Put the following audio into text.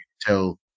tell